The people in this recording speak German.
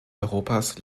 europas